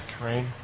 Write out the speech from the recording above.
right